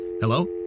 Hello